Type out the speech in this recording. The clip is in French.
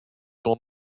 son